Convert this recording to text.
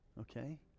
Okay